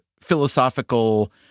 philosophical